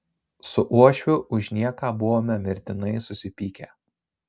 su uošviu už nieką buvome mirtinai susipykę